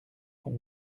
qu’on